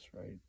right